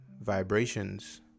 vibrations